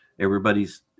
everybody's